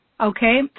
Okay